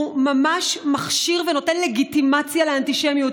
הוא ממש מכשיר ונותן לגיטימציה לאנטישמיות.